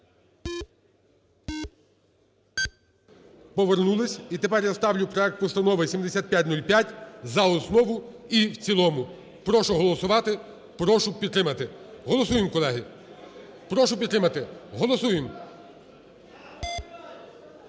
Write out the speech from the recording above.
Повернулись. І тепер я ставлю проект Постанови 7505 за основу і в цілому. Прошу голосувати. Прошу підтримати. Голосуємо, колеги. Прошу підтримати. Голосуємо.